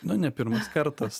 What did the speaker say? na ne pirmas kartas